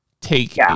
take